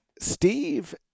Steve